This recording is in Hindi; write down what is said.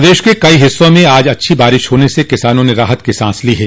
प्रदेश के कई हिस्सों में आज अच्छी बारिश होने से किसानों ने राहत की सांस ली है